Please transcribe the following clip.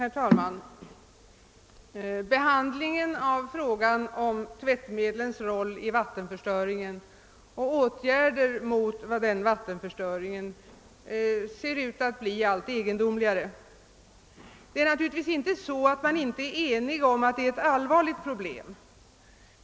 Herr talman! Behandlingen av frågan om tvättmedlens roll i vattenförstöringen och åtgärder däremot ser ut att bli alltmera egendomlig. Det förhåller sig naturligtvis inte så, att man inte är enig om att det är ett allvarligt problem.